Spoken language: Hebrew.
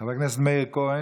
חבר הכנסת מאיר כהן,